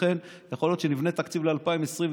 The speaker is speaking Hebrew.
לכן, יכול להיות שנבנה תקציב ל-2021,